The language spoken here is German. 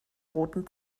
roten